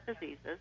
diseases